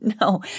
No